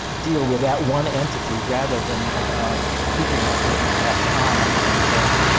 deal with that one entity rather than keeping our thinking caps on and saying,